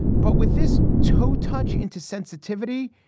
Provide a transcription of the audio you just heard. but with this toe touch into sensitivity,